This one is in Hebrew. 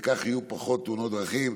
וכך יהיו פחות תאונות דרכים.